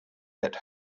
yet